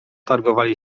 targowali